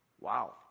wow